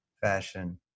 fashion